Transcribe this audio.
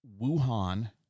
Wuhan